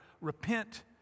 Repent